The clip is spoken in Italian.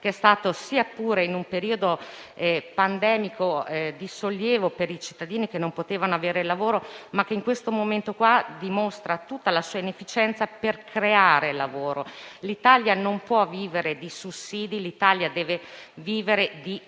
che è stato, sia pure in un periodo pandemico, di sollievo per i cittadini che non potevano avere il lavoro, ma che, in questo momento, dimostra tutta la sua inefficienza al fine di creare lavoro. L'Italia non può vivere di sussidi. L'Italia deve vivere di lavoro